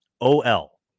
O-L